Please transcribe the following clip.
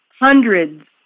hundreds